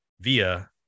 via